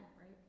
right